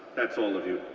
that's all of you,